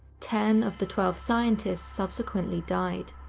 ten of the twelve scientists subsequently died.